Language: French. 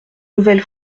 nouvelle